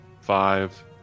five